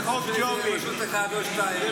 זה חוק לרשות אחת או שתיים.